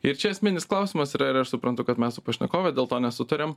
ir čia esminis klausimas yra ir aš suprantu kad mes su pašnekove dėl to nesutariam